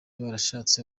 barashatse